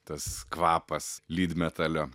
tas kvapas lydmetalio